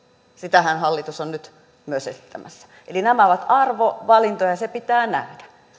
sitähän hallitus on nyt myös esittämässä eli nämä ovat arvovalintoja ja se pitää nähdä